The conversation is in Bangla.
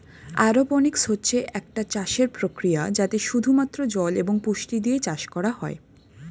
অ্যারোপোনিক্স হচ্ছে একটা চাষের প্রক্রিয়া যাতে শুধু মাত্র জল এবং পুষ্টি দিয়ে চাষ করা হয়